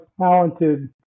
talented